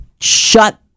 shut